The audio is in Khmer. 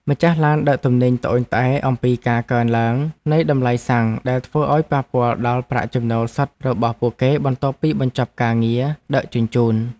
ម្ចាស់ឡានដឹកទំនិញត្អូញត្អែរអំពីការកើនឡើងនៃតម្លៃសាំងដែលធ្វើឱ្យប៉ះពាល់ដល់ប្រាក់ចំណូលសុទ្ធរបស់ពួកគេបន្ទាប់ពីបញ្ចប់ការងារ ដឹកជញ្ជូន។